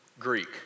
Greek